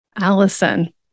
Allison